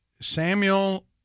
Samuel